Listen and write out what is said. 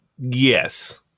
Yes